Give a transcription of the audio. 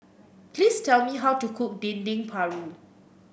please tell me how to cook Dendeng Paru